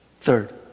Third